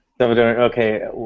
Okay